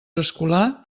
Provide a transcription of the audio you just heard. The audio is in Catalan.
escolar